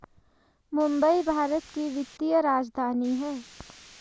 मुंबई भारत की वित्तीय राजधानी है